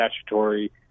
statutory